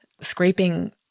scraping